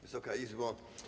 Wysoka Izbo!